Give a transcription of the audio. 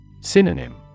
Synonym